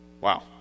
Wow